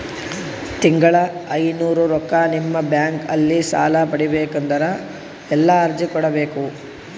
ತಿಂಗಳ ಐನೂರು ರೊಕ್ಕ ನಿಮ್ಮ ಬ್ಯಾಂಕ್ ಅಲ್ಲಿ ಸಾಲ ಪಡಿಬೇಕಂದರ ಎಲ್ಲ ಅರ್ಜಿ ಕೊಡಬೇಕು?